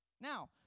Now